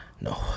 No